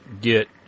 get